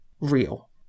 real